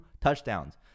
touchdowns